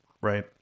right